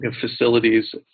facilities